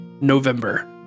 November